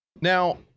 Now